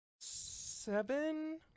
Seven